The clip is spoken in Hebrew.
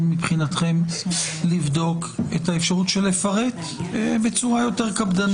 מבחינתכם לבדוק את האפשרות לפרט בצורה יותר קפדנית?